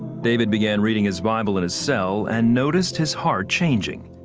david began reading his bible in his cell, and noticed his heart changing.